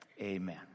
Amen